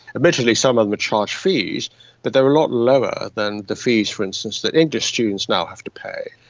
admittedly some of them charge fees, but they are a lot lower than the fees, for instance, that english students now have to pay.